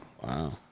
Wow